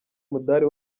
umudali